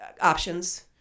options